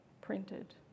printed